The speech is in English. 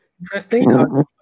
interesting